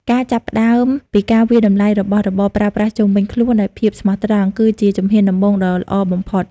ការចាប់ផ្តើមពីការវាយតម្លៃរបស់របរប្រើប្រាស់ជុំវិញខ្លួនដោយភាពស្មោះត្រង់ គឺជាជំហានដំបូងដ៏ល្អបំផុត។